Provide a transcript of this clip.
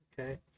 okay